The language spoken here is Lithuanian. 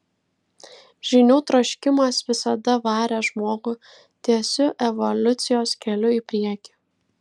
žinių troškimas visada varė žmogų tiesiu evoliucijos keliu į priekį